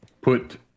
put